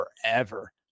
forever